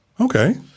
Okay